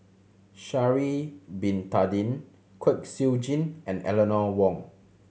Sha'ari Bin Tadin Kwek Siew Jin and Eleanor Wong